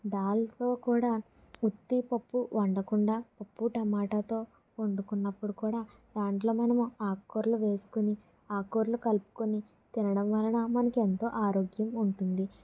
దాల్లో కూడా ఉత్త పప్పు వండకుండా ఉప్పు టమాటాతో వండుకున్నప్పుడు కూడా దాంట్లో మనము ఆకుకూరలు వేసుకొని ఆకుకూరలు కలుపుకొని తినడం వలన మనకు ఎంతో ఆరోగ్యం ఉంటుంది